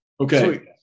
Okay